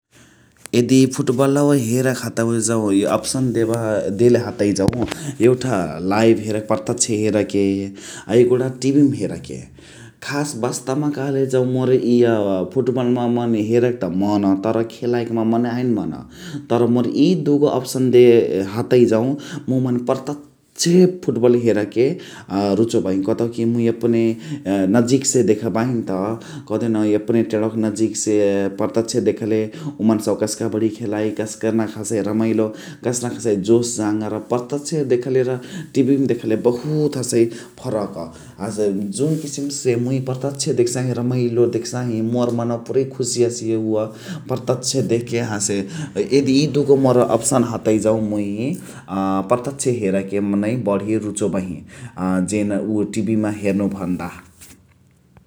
यदि फुटबलवाइ हेरक हतइ जौ अप्सन देबहा जौ देले हतइ जौ एउठा लाइभ हेरके प्रत्यक्ष हेरके । आ यागुणा टिभीमा हेरके । खास वास्तबमा कहले जौ मोर इय फुटबलमा मोर हेरक त मन तर खेलाईकमा मने हैन मन । तर मोर इ दुगो अप्सन दे हतइ जौ मुइ मने प्रत्यक्ष फुटबल हेरके रुचबाही । करउ कि मुइ यपने नजिकसे देखाबाही न त । कदेहू न यपने टेडवाक नजिक से प्रत्यक्ष देखले उअ मन्सावा कसका बडीय खेलाइ कसनक हसइ रमाईलो, कसनक हसइ जोस जाँगर प्रत्यक्ष देखले र टिभीमा देखले बहुत हसइ फरक । हसे जुन किसिमसे मुइ प्रत्यक्ष देखसही रमाइलो देखसाही मोर मनवा पुरै खुसि हसिय । उअ प्रत्यक्ष देखके हसे । यदि इ दुगो मोर अप्सन हतइ जौ मुइ प्रत्यक्ष हेरके मने मुई बढी रुचाबाही जेन उअ टिभीमा हेर्नु भन्दा ।